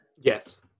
yes